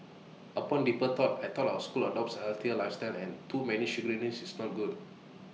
upon deeper thought I thought our school adopts A healthier lifestyle and too many sugariness is not good